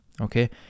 okay